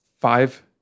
five